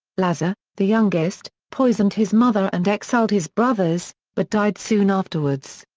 lazar, the youngest, poisoned his mother and exiled his brothers, but died soon afterwards.